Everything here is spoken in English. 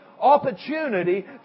opportunity